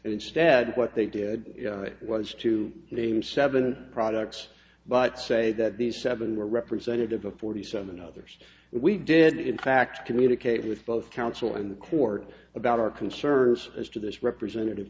and instead what they did was to name seven products but say that these seven were representative of forty seven others we did in fact communicate with both counsel in the court about our concerns as to this representative